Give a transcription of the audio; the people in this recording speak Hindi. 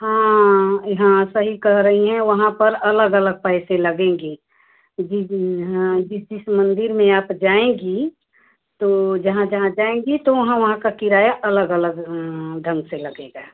हाँ यहाँ सही कर रही हैं वहाँ पर अलग अलग पैसे लगेंगे हाँ जिस दिन हाँ जिस जिस मंदिर में आप जाएंगी तो जहाँ जहाँ जाएंगी तो वहाँ वहाँ का किराया अलग अलग ढंग से लगेगा